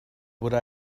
would